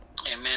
Amen